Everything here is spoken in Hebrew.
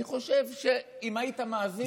אני חושב שאם היית מאזין,